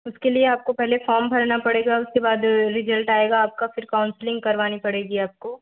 उसके लिए आपको पहले फ़ॉर्म भरना पड़ेगा उसके बाद रिजल्ट आएगा आपका फिर काउन्सलिंग करवानी पड़ेगी आपको